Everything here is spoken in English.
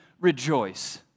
rejoice